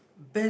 best